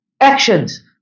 actions